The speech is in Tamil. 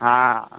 ஆ